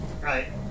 right